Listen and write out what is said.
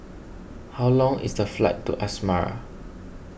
how long is the flight to Asmara